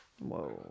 Whoa